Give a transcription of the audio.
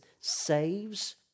saves